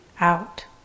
out